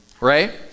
right